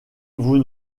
vous